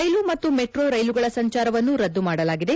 ರೈಲು ಮತ್ತು ಮೆಟ್ರೋ ರೈಲುಗಳ ಸಂಚಾರವನ್ನು ರದ್ದು ಮಾಡಲಾಗಿದೆ